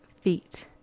feet